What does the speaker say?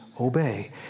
obey